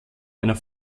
einer